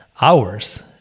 hours